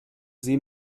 sie